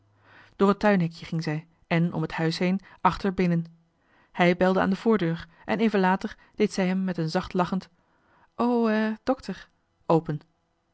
door het tuinhekje ging zij en om het huis heen achter binnen hij belde aan de voordeur en even later deed zij hem met een zacht lachend o e dokter open